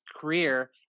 career